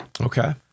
okay